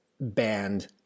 band